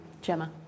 Gemma